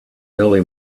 early